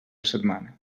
setmana